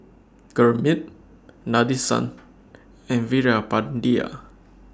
Gurmeet Nadesan and Veerapandiya